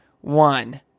one